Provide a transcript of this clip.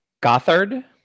Gothard